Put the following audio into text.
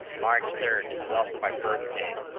march three is is also my birthday